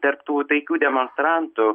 tarp tų taikių demonstrantų